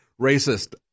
racist